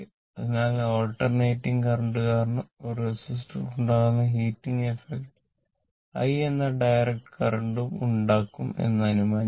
അതിനാൽ alternating current കാരണം ഒരു റെസിസ്റ്റർ ൽ ഉണ്ടാവുന്ന ഹീറ്റിംഗ് എഫ്ഫക്റ്റ് i എന്ന ഡയറക്റ്റ് കറന്റ് ഉം ഉണ്ടാക്കും എന്ന് അനുമാനിക്കണം